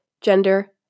gender